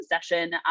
session